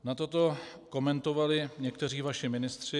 Nato to komentovali někteří vaši ministři.